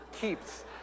keeps